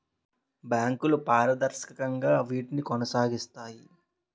బ్యాంకులు పారదర్శకంగా వీటిని కొనసాగిస్తాయి